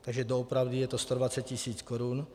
Takže doopravdy je to 120 tisíc korun.